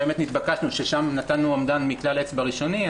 ששם נתנו עמדה מכלל אצבע ראשוני,